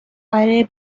آره